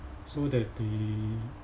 so that the